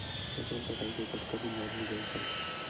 फसल कटाई के कतका दिन बाद मिजाई करथे?